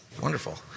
wonderful